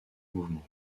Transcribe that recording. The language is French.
mouvement